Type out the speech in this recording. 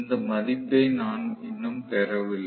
இந்த மதிப்பை நான் இன்னும் பெறவில்லை